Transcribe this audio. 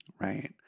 Right